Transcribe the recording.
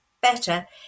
better